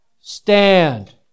Stand